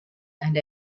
and